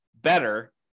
better